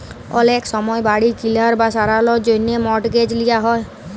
অলেক সময় বাড়ি কিলার বা সারালর জ্যনহে মর্টগেজ লিয়া হ্যয়